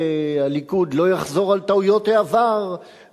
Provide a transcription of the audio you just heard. והליכוד לא יחזור על טעויות העבר,